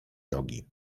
nogi